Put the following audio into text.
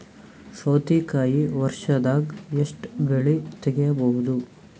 ಸೌತಿಕಾಯಿ ವರ್ಷದಾಗ್ ಎಷ್ಟ್ ಬೆಳೆ ತೆಗೆಯಬಹುದು?